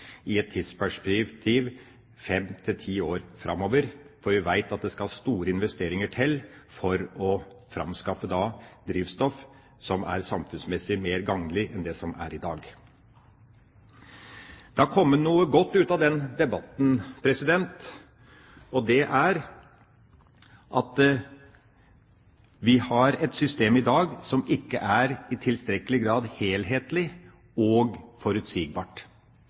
i et tidsperspektiv på fem til ti år framover, for vi vet at det skal store investeringer til for å framskaffe drivstoff som er samfunnsmessig mer gagnlig enn det som er i dag. Det har kommet noe godt ut av den debatten, og det er at vi har et system i dag som ikke i tilstrekkelig grad er helhetlig og forutsigbart.